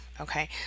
okay